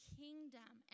kingdom